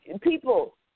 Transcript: People